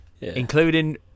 including